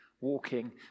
walking